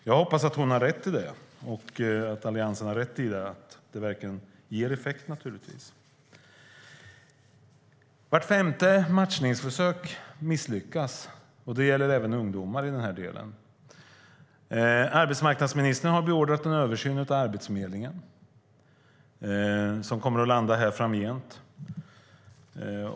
Jag hoppas att hon och Alliansen har rätt och att det verkligen ger effekt. Vart femte matchningsförsök misslyckas, och det gäller även ungdomar. Arbetsmarknadsministern har beordrat en översyn av Arbetsförmedlingen som kommer att landa här framgent.